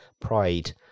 pride